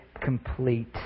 complete